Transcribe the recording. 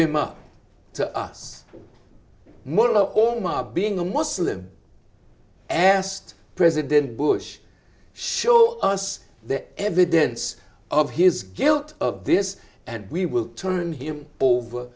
him up to us mullah omar being a muslim asked president bush show us the evidence of his guilt of this and we will turn him over